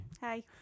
hi